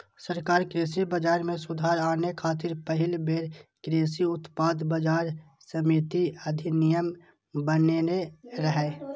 सरकार कृषि बाजार मे सुधार आने खातिर पहिल बेर कृषि उत्पाद बाजार समिति अधिनियम बनेने रहै